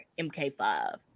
MK5